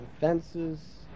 fences